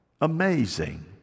Amazing